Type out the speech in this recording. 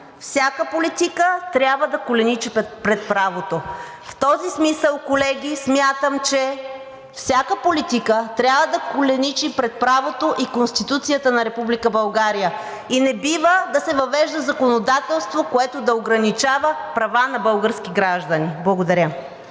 Всяка политика трябва да коленичи пред правото.“ В този смисъл, колеги, смятам, че всяка политика трябва да коленичи пред правото и Конституцията на Република България и не бива да се въвежда законодателство, което да ограничава правата на българските граждани. Благодаря.